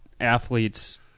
athletes